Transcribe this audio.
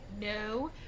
No